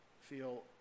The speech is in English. feel